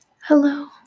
Hello